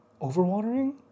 Overwatering